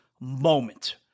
moment